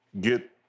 get